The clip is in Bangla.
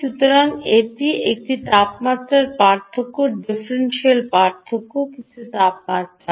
সুতরাং এটি একটি তাপমাত্রার পার্থক্য ডিফারেনশিয়াল পার্থক্য কিছু তাপমাত্রা